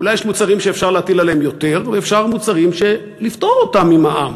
אולי יש מוצרים שאפשר להטיל עליהם יותר ומוצרים שאפשר לפטור אותם ממע"מ